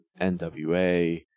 NWA